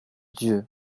dieu